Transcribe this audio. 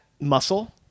muscle